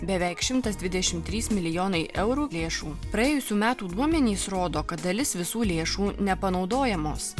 beveik šimtas dvidešim trys milijonai eurų lėšų praėjusių metų duomenys rodo kad dalis visų lėšų nepanaudojamos